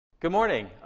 good morning.